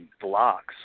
blocks